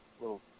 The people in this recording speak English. little